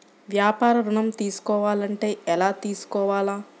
వ్యాపార ఋణం తీసుకోవాలంటే ఎలా తీసుకోవాలా?